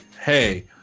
hey